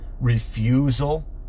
refusal